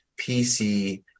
PC